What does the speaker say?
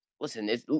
Listen